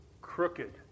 crooked